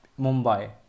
Mumbai